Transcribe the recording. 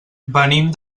venim